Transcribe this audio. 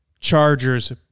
Chargers